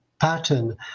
pattern